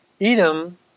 Edom